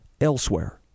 elsewhere